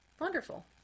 Wonderful